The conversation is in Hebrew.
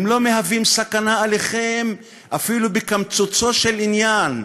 הם לא מהווים סכנה לכם, אפילו בקמצוצו של העניין.